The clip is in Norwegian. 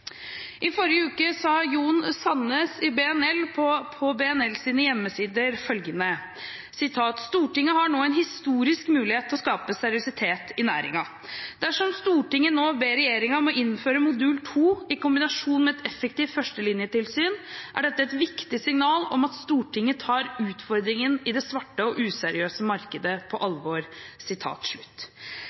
I forrige uke sa Jon Sandnes i BNL på BNLs hjemmesider: «Stortinget har nå en historisk mulighet til å skape seriøsitet i næringen.» Og videre: «Dersom Stortinget nå ber regjeringen om å innføre modul 2 i kombinasjon med et effektivt førstelinjetilsyn, er dette et viktig signal om at Stortinget tar utfordringene i det svarte og useriøse markedet på alvor.»